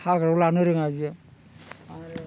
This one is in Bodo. हाग्रायाव लानो रोङा बियो